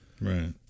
Right